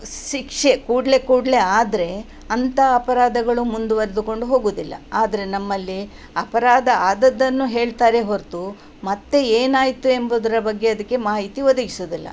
ಶಿಕ್ಷೆ ಕೂಡಲೆ ಕೂಡಲೆ ಆದರೆ ಅಂಥ ಅಪರಾಧಗಳು ಮುಂದುವರೆದುಕೊಂಡು ಹೋಗುವುದಿಲ್ಲ ಆದರೆ ನಮ್ಮಲ್ಲಿ ಅಪರಾಧ ಆದದ್ದನ್ನು ಹೇಳ್ತಾರೆ ಹೊರತು ಮತ್ತೆ ಏನಾಯಿತು ಎಂಬುದರ ಬಗ್ಗೆ ಅದಕ್ಕೆ ಮಾಹಿತಿ ಒದಗಿಸುವುದಿಲ್ಲ